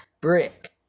brick